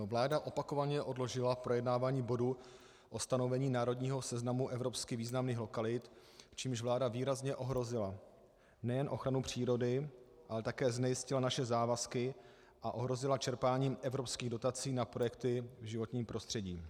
Vláda opakovaně odložila projednávání bodu o stanovení národního seznamu evropsky významných lokalit, čímž vláda výrazně ohrozila nejen ochranu přírody, ale také znejistila naše závazky a ohrozila čerpání evropských dotací na projekty v životním prostředí.